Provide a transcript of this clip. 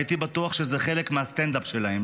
הייתי בטוח שזה חלק מהסטנד-אפ שלהם.